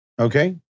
Okay